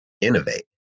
innovate